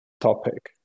topic